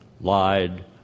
lied